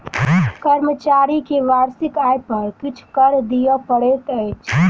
कर्मचारी के वार्षिक आय पर किछ कर दिअ पड़ैत अछि